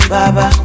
Baba